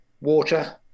water